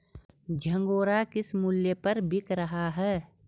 झंगोरा किस मूल्य पर बिक रहा है?